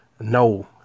No